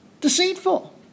deceitful